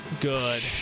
Good